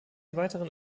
weiteren